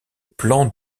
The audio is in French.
plan